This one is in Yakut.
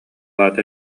аата